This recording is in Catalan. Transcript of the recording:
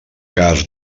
cas